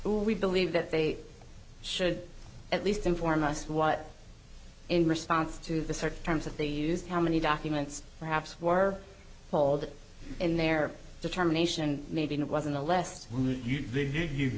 who we believe that they should at least inform us what in response to the search terms that they used how many documents perhaps were told in their determination maybe it wasn't a lest you